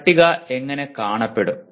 പട്ടിക എങ്ങനെ കാണപ്പെടും